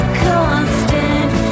constant